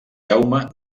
jaume